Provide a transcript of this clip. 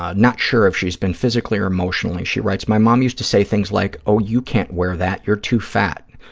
ah not sure if she's been physically or emotionally. she writes, my mom used to say things like, oh, you can't wear that, you're too fat.